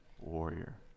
warrior